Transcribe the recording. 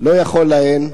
ולא יכול להן.